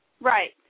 Right